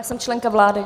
Já jsem členka vlády.